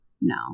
No